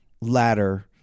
ladder